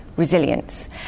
resilience